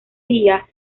vía